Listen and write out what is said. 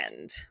end